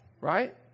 Right